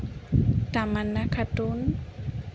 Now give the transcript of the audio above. Tamannaah Khatun